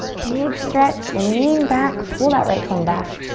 big stretch. lean back, pull that right thumb back.